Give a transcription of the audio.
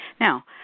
Now